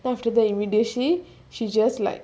then after immediately she just like